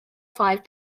five